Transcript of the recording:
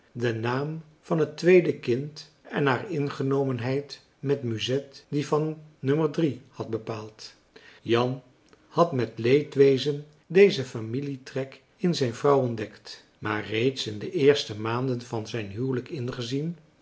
den naam van het tweede kind en haar ingenomenheid met musset dien van nummer drie had bepaald jan had met leedwezen dezen familietrek in zijn vrouw ontdekt maar reeds in de eerste maanden van zijn huwelijk ingezien